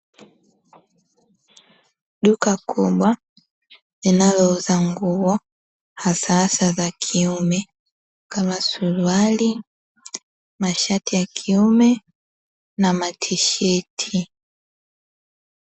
Duka kubwa linalouza nguo, hasahasa za kiume kama, suruali, mashati ya kiume na matisheti.